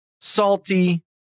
salty